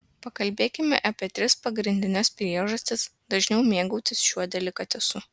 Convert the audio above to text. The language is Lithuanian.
pakalbėkime apie tris pagrindines priežastis dažniau mėgautis šiuo delikatesu